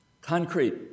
concrete